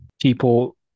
people